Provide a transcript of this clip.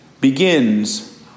begins